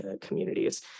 communities